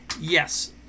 Yes